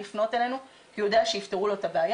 לפנות אלינו כי הוא יודע שיפתרו לו את הבעיה,